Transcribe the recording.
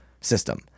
system